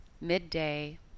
midday